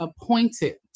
appointed